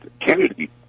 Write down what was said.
Kennedy